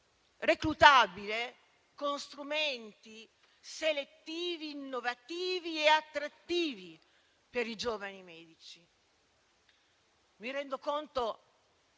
reclutabile con strumenti selettivi, innovativi e attrattivi per i giovani medici. Mi rendo conto